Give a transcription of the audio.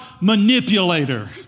manipulator